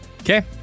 Okay